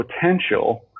potential